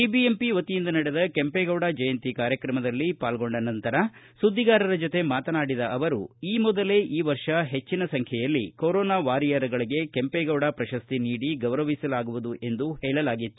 BBMP ವತಿಯಿಂದ ನಡೆದ ಕೆಂಪೇಗೌಡ ಜಯಂತಿ ಕಾರ್ಯಕ್ರಮದಲ್ಲಿ ಪಾಲ್ಗೊಂಡ ನಂತರ ಸುದ್ದಿಗಾರರ ಜತೆ ಮಾತನಾಡಿದ ಅವರು ಈ ಮೊದಲೇ ಈ ವರ್ಷ ಹೆಚ್ಚಿ ಸಂಬೈಯಲ್ಲಿ ಕೊರೋನ ವಾರಿಯರುಗಳಿಗೇ ಕೇಂಪೇಗೌಡ ಪ್ರಶಸ್ತಿ ನೀಡಿ ಗೌರವಿಸಲಾಗುವುದು ಎಂದು ಹೇಳಲಾಗಿತ್ತು